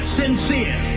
sincere